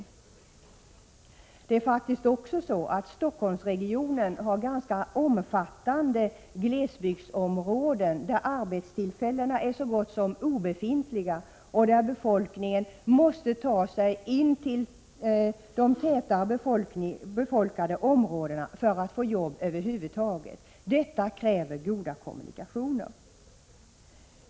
Stockholmsregionen har faktiskt ganska omfattande glesbygdsområden, där arbetstillfällena är så gott som obefintliga och där befolkningen måste ta sig in till de tätbefolkade områdena för att över huvud taget få ett jobb. Detta kräver goda kommunikationer.